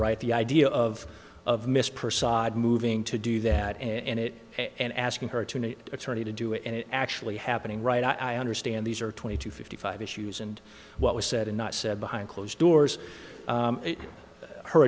right the idea of of mr persaud moving to do that and it and asking her to an attorney to do it and it actually happening right i understand these are twenty two fifty five issues and what was said and not said behind closed doors